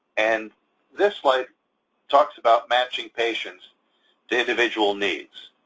and this slide talks about matching patients to individual needs.